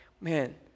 man